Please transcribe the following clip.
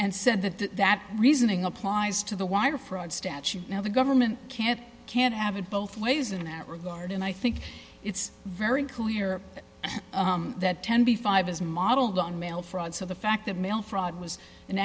and said that that reasoning applies to the wire fraud statute now the government can't can't have it both ways in at regard and i think it's very clear that ten p five is modeled on mail fraud so the fact that mail fraud was an